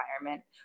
environment